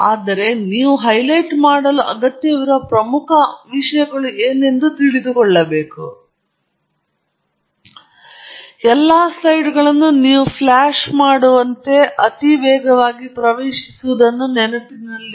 ಆದ್ದರಿಂದ ಆದರೆ ನೀವು 5 ನಿಮಿಷದ ಚರ್ಚೆಗೆ ಒಂದು ಗಂಟೆ ಚರ್ಚೆಯಿಂದ ಇದ್ದಕ್ಕಿದ್ದಂತೆ ಚಲಿಸುವಾಗ ನೀವು ಅದೇ 50 ಸ್ಲೈಡ್ಗಳನ್ನು ತೆಗೆದುಕೊಳ್ಳಬಾರದು ಮತ್ತು ಎಲ್ಲಾ ಸ್ಲೈಡ್ಗಳನ್ನು ನೀವು ಫ್ಲಾಶ್ ಮಾಡುವಂತೆ ನೀವು ಅತಿ ವೇಗವಾಗಿ ಪ್ರವೇಶಿಸುವುದನ್ನು ನೆನಪಿನಲ್ಲಿಡುವುದು ಮುಖ್ಯ